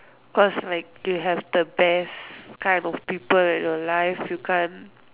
cause like you have the best kind of people in your life you can't